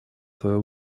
свое